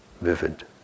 Vivid